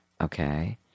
Okay